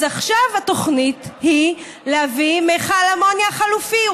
אז עכשיו התוכנית היא להביא מכל אמוניה חלופי.